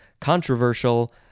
controversial